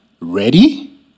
Ready